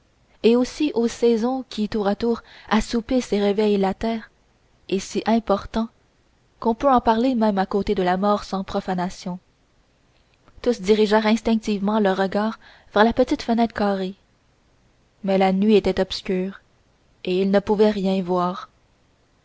et aussi aux saisons qui tour à tour assoupissent et réveillent la terre est si important qu'on peut en parler même à côté de la mort sans profanation tous dirigèrent instinctivement leurs regards vers la petite fenêtre carrée mais la nuit était obscure et ils ne pouvaient rien voir